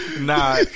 Nah